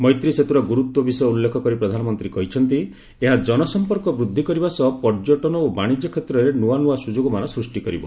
ମୈତ୍ରୀ ସେତୁର ଗୁରୁତ୍ୱ ବିଷୟ ଉଲ୍ଲେଖ କରି ପ୍ରଧାନମନ୍ତ୍ରୀ କହିଛନ୍ତି ଏହା ଜନସମ୍ପର୍କ ବୃଦ୍ଧି କରିବା ସହ ପର୍ଯ୍ୟଟନ ଓ ବାଣିଜ୍ୟ କ୍ଷେତ୍ରରେ ନୁଆ ନୁଆ ସୁଯୋଗମାନ ସ୍ପଷ୍ଟି କରିବ